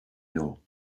know